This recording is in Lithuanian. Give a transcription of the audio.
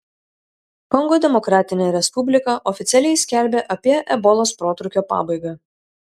kongo demokratinė respublika oficialiai skelbia apie ebolos protrūkio pabaigą